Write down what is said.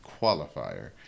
qualifier